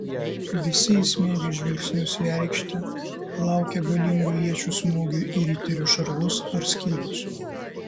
visi įsmeigę žvilgsnius į aikštę laukė galingų iečių smūgių į riterių šarvus ar skydus